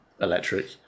electric